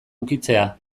ukitzea